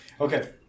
Okay